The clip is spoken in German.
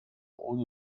ohne